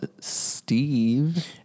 Steve